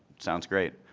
sounds great.